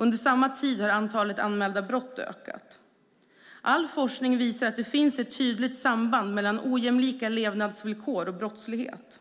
Under samma tid har antalet anmälda brott ökat. All forskning visar att det finns ett tydligt samband mellan ojämlika levnadsvillkor och brottslighet.